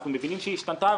אנחנו מבינים שהיא השתנתה,